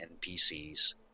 NPCs